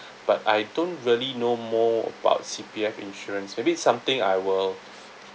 but I don't really know more about C_P_F insurance maybe it's something I will